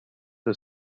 the